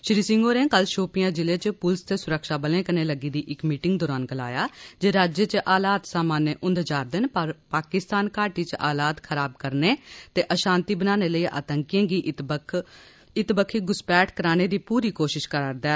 श्री सिंह होरें कल शोपियां जिले च पुलस ते सुरक्षा बलें कन्नै लग्गी दी इक मीटिंग दौरान गलाया जे राज्य च हालात सामान्य हुन्दे जा'रदे न पर पाकिस्तान घाटी च हालात खराब करने ते अशांति बनाने लेई आतंकियें गी इत्त बक्ख घुसपैठ कराने दी पूरी कोशिश करा'रदा ऐ